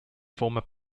former